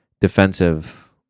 defensive